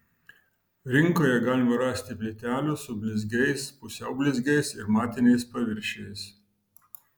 rinkoje galima rasti plytelių su blizgiais pusiau blizgiais ir matiniais paviršiais